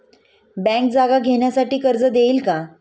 Bank जागा घेण्यासाठी कर्ज देईल का?